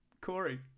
Corey